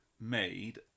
made